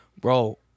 bro